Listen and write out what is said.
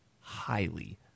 Highly